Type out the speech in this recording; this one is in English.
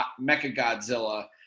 mechagodzilla